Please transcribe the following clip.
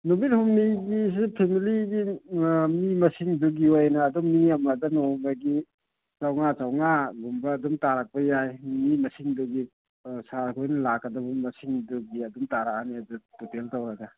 ꯅꯨꯃꯤꯠ ꯍꯨꯝꯅꯤꯒꯤꯁꯤ ꯐꯦꯃꯤꯂꯤꯒꯤ ꯃꯤ ꯃꯁꯤꯡꯗꯨꯒꯤ ꯑꯣꯏꯅ ꯑꯗꯨꯝ ꯃꯤ ꯑꯃꯗ ꯅꯣꯡꯃꯒꯤ ꯆꯥꯝꯃꯉꯥ ꯆꯥꯝꯃꯉꯥꯒꯨꯝꯕ ꯑꯗꯨꯝ ꯇꯥꯔꯛꯄ ꯌꯥꯏ ꯃꯤ ꯃꯁꯤꯡꯗꯨꯒꯤ ꯁꯥꯔ ꯈꯣꯏꯅ ꯂꯥꯛꯀꯗꯕ ꯃꯁꯤꯡꯗꯨꯒꯤ ꯑꯗꯨꯝ ꯇꯥꯔꯛꯑꯅꯤ ꯇꯣꯇꯦꯜ ꯇꯧꯔꯒ